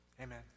Amen